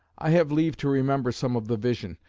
i have leave to remember some of the vision,